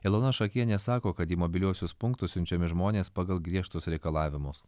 ilona šakienė sako kad į mobiliuosius punktus siunčiami žmonės pagal griežtus reikalavimus